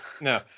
No